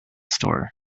store